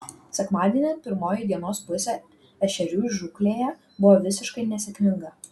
sekmadienį pirmoji dienos pusė ešerių žūklėje buvo visiškai nesėkminga